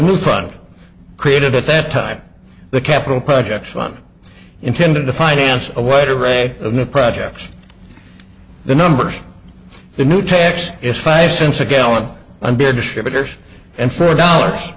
new fund created at that time the capital projects one intended to finance a wide array of new projects the numbers for the new tax is five cents a gallon and beer distributors and first dollars